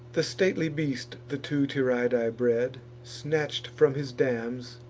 the stately beast the two tyrrhidae bred, snatch'd from his dams,